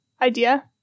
idea